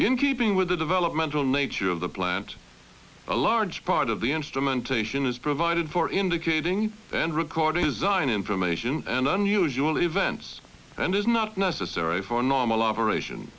in keeping with the developmental nature of the plant a large part of the instrumentation is provided for indicating and recording design information and unusual events and is not necessary for normal operation